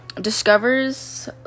discovers